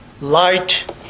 light